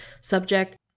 subject